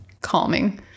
calming